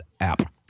app